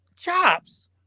Chops